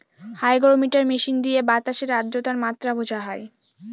hygrometer machine দিয়ে বাতাসের আদ্রতার মাত্রা বোঝা হয়